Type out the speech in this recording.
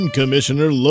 Commissioner